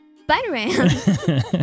Spider-Man